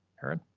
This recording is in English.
erin.